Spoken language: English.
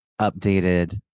updated